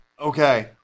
Okay